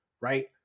right